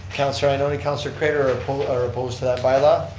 councillor ioannoni, councillor craitor are opposed are opposed to that by-law.